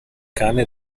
cane